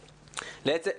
הזה.